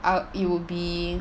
uh it would be